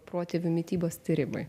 protėvių mitybos tyrimai